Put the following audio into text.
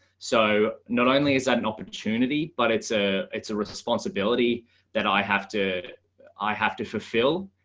so not only is that an opportunity, but it's a it's a responsibility that i have to i have to fulfill,